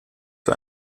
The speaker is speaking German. für